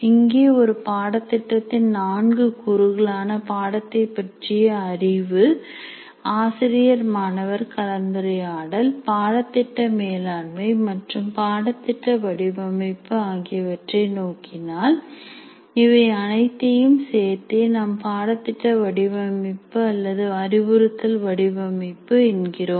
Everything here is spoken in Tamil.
இங்கே ஒரு பாடத்திட்டத்தின் நான்கு கூறுகளான பாடத்தைப் பற்றிய அறிவு ஆசிரியர் மாணவர் கலந்துரையாடல் பாடத் திட்ட மேலாண்மை மற்றும் பாடத்திட்ட வடிவமைப்பு ஆகியவற்றை நோக்கினால் இவை அனைத்தையும் சேர்த்தே நாம் பாடத்திட்ட வடிவமைப்பு அல்லது அறிவுறுத்தல் வடிவமைப்பு என்கிறோம்